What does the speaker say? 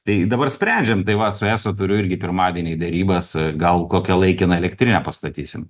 tai dabar sprendžiam tai va su eso turiu irgi pirmadienį derybas gal kokią laikiną elektrinę pastatysim